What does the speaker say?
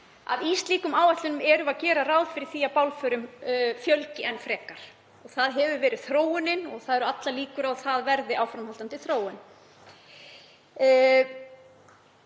að í slíkum áætlunum gerum við ráð fyrir því að bálförum fjölgi enn frekar. Það hefur verið þróunin og allar líkur á að það verði áframhaldandi þróun.